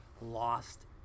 lost